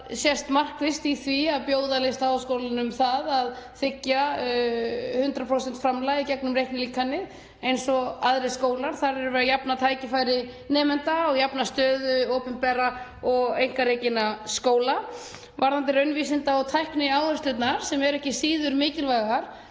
sést markvisst í því að bjóða Listaháskólanum það að þiggja 100% framlag í gegnum reiknilíkanið eins og aðrir skólar. Þar erum við að jafna tækifæri nemenda og jafna stöðu opinberra og einkarekinna skóla. Varðandi raunvísinda- og tækniáherslurnar sem eru ekki síður mikilvægar